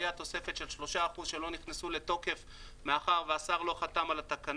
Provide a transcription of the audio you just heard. היתה תוספת של 35 שלא נכנסו לתוקף מאחר והשר לא חתם על התקנות.